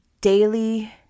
daily